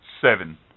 seven